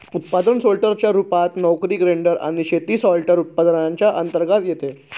उत्पादन सोर्टर च्या रूपात, नोकरी ग्रेडर आणि शेती सॉर्टर, उत्पादनांच्या अंतर्गत येते